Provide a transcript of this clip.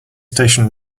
station